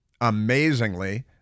amazingly